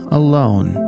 alone